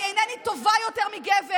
אני אינני טובה יותר מגבר.